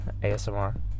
ASMR